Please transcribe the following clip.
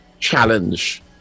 challenge